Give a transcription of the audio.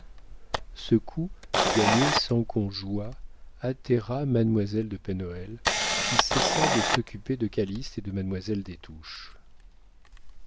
ce coup gagné sans qu'on jouât atterra mademoiselle de pen hoël qui cessa de s'occuper de calyste et de